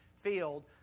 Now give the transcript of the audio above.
field